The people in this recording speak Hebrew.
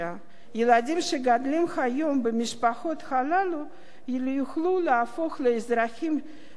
ילדים שגדלים היום במשפחות הללו יוכלו להפוך לאזרחים שווי